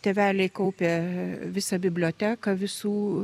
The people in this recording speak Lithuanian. tėveliai kaupė visą biblioteką visų